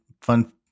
fun